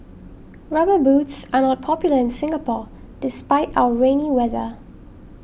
rubber boots are not popular in Singapore despite our rainy weather